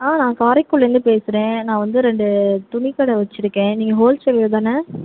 ஆ நான் காரைக்குடிலர்ந்து பேசுகிறேன் நான் வந்து ரெண்டு துணிக்கடை வச்சியிருக்கேன் நீங்கள் ஹோல்சேல்லர் தானே